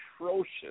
atrocious